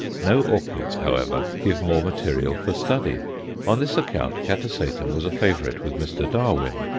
no orchids, however, give more material for study on this account catasetum was a favourite with mr. darwin.